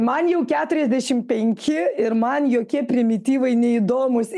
man jau keturiasdešim penki ir man jokie primityvai neįdomūs